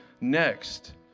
next